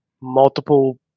multiple